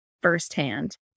firsthand